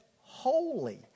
holy